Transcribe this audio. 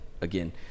again